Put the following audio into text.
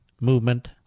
movement